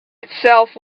itself